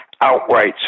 outright